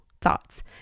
thoughts